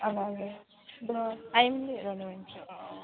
అలాగే ఇప్పుడు అయ్యింది రెండు నిమిషం